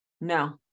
No